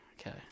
Okay